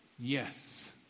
Yes